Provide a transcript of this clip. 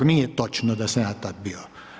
Nije točno da sam ja tad bio.